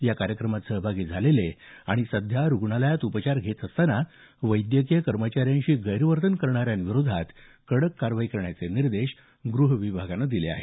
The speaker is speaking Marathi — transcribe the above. या कार्यक्रमात सहभागी झालेले आणि सध्या रुग्णालयात उपचार घेत असताना वैद्यकीय कर्मचाऱ्यांशी गैरवर्तन करणाऱ्यांविरोधात कडक कारवाई करण्याचे निर्देश ग़ह विभागानं दिले आहेत